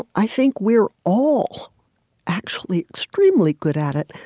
i think we're all actually extremely good at it.